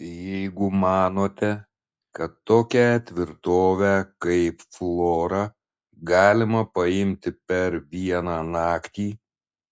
jeigu manote kad tokią tvirtovę kaip flora galima paimti per vieną naktį